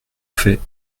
faits